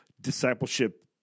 discipleship